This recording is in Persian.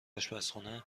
اشپزخونه